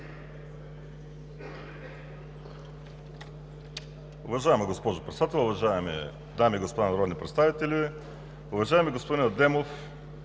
Уважаема госпожо Председател, уважаеми дами и господа народни представители, уважаеми господин Иванов!